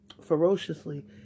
ferociously